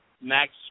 Max